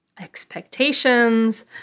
expectations